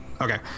Okay